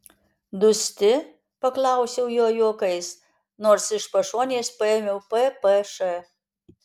dusti paklausiau jo juokais nors iš pašonės paėmiau ppš